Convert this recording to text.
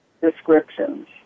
descriptions